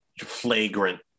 flagrant